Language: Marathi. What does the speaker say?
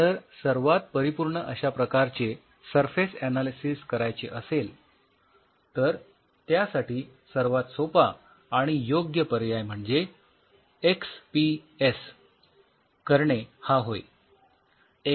तर सर्वात परिपूर्ण अश्या प्रकारचे सरफेस अनालिसिस करायचे असेल तर त्यासाठी सर्वात सोपा आणि योग्य पर्याय म्हणजे एक्सपीएस करणे हा होय